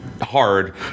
hard